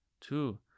Two